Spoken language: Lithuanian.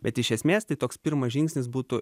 bet iš esmės tai toks pirmas žingsnis būtų